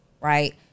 right